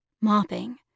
mopping